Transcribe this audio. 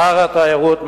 שר התיירות,